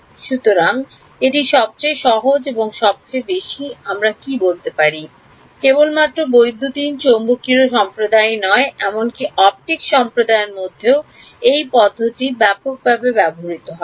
সুতরাং এটি সবচেয়ে সহজ এবং সবচেয়ে বেশি আমরা কী বলতে পারি কেবলমাত্র বৈদ্যুতিন চৌম্বকীয় সম্প্রদায়েই নয় এমনকি অপটিক্স সম্প্রদায়ের মধ্যেও এই পদ্ধতিটি ব্যাপকভাবে ব্যবহৃত হয়